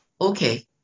okay